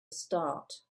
start